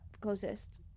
closest